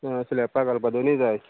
आं स्लॅपा घालपा दोनी जाय